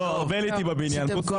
לא, יש להם 35